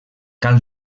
cal